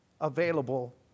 Available